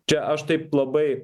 čia aš taip labai